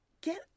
get